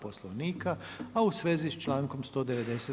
Poslovnika, a u svezi s člankom 190.